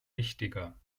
wichtiger